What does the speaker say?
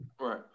right